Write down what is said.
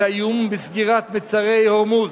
את האיום בסגירת מצרי הורמוז,